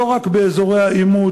בשוויון,